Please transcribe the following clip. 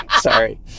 Sorry